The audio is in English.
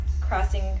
crossing